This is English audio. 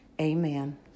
Amen